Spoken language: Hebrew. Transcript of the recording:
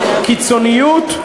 קיצוניות,